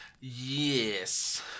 Yes